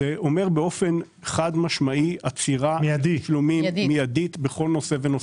זה אומר באופן חד משמעי עצירה מידית של התשלומים בכל נושא ונושא.